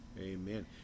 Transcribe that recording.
Amen